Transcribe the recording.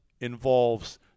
involves